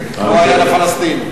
הוא העניין הפלסטיני.